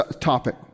topic